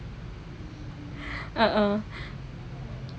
a'ah